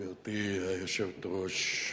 גברתי היושבת-ראש,